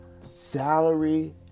Salary